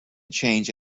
change